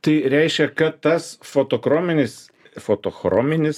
tai reiškia kad tas fotokrominis fotochrominis